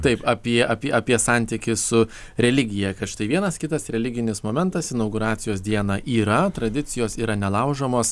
taip apie apie apie santykį su religija kad štai vienas kitas religinis momentas inauguracijos dieną yra tradicijos yra nelaužomos